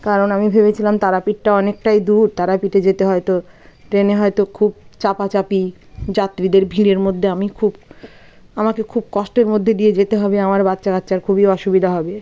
কারণ আমি ভেবেছিলাম তারাপীঠটা অনেকটাই দূর তারাপীঠে যেতে হয় তো ট্রেনে হয়তো খুব চাপাচাপি যাত্রীদের ভিড়ের মধ্যে আমি খুব আমাকে খুব কষ্টের মধ্যে দিয়ে যেতে হবে আমার বাচ্চা কাচ্চার খুবই অসুবিধা হবে